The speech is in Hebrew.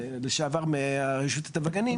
לשעבר מרשות הטבע והגנים,